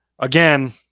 again